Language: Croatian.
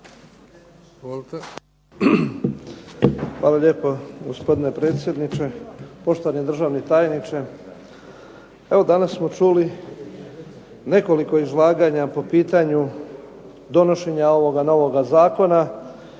Hvala lijepa gospodine predsjedniče, poštovani državni tajniče. Evo danas smo čuli nekoliko izlaganja po pitanju donošenju ovoga novoga